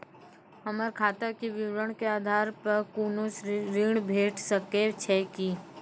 हमर खाता के विवरण के आधार प कुनू ऋण भेट सकै छै की?